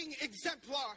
exemplar